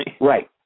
Right